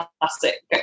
classic